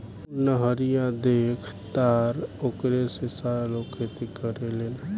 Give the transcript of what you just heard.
उ नहरिया देखऽ तारऽ ओकरे से सारा लोग खेती करेलेन